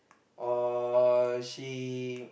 or she